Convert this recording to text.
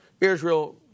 Israel